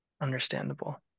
understandable